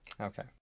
Okay